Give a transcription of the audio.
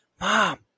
Mom